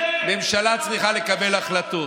ממשלה צריכה לקבל החלטות.